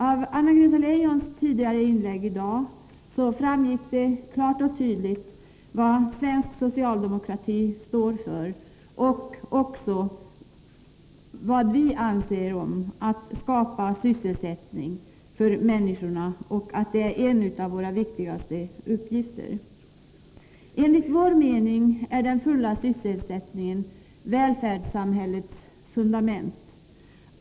Av Anna-Greta Leijons inlägg tidigare i dag framgick det klart och tydligt vad svensk socialdemokrati står för och vad vi anser om uppgiften att skapa sysselsättning för människorna, nämligen att det är en av våra viktigaste uppgifter. Enligt vår mening är den fulla sysselsättningen välfärdssamhällets funda ment.